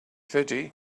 thirty